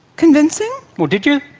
convincing? well, did you?